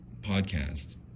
podcast